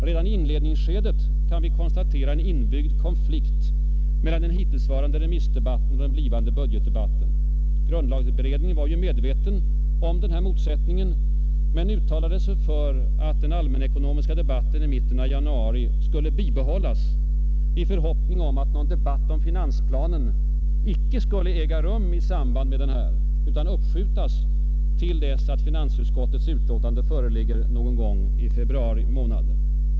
Redan i inledningsskedet kan vi konstatera en inbyggd konflikt mellan den hittillsvarande remissdebatten och den blivande budgetdebatten. Grundlagberedningen var medveten om denna motsättning men uttalade sig för att den allmänpolitiska debatten i mitten av januari skulle bibehållas i förhoppning om att någon debatt om finansplanen icke skulle äga rum i samband med den utan uppskjutas till dess att finansutskottets utlåtande föreligger någon gång i februari månad.